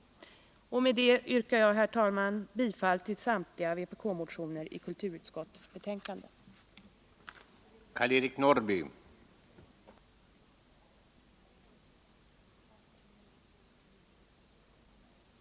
Med det yrkar jag, herr talman, bifall till samtliga vpk-motioner som behandlas i kulturutskottets betänkande utom motionen 507, motionen 869 yrkande 1 och motionen 1261.